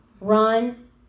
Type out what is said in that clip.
Run